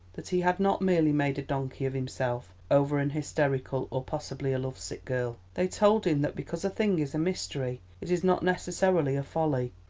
that he had not merely made a donkey of himself over an hysterical, or possibly a love-sick girl. they told him that because a thing is a mystery it is not necessarily a folly,